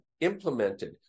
implemented